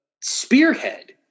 spearhead